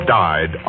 died